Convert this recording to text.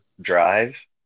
drive